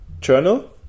journal